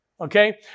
Okay